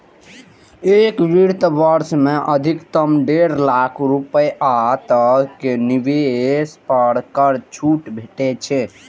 एक वित्त वर्ष मे अधिकतम डेढ़ लाख रुपैया तक के निवेश पर कर छूट भेटै छै